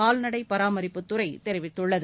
கால்நடை பராமரிப்புத்துறை தெரிவித்துள்ளது